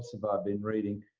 so but been reading?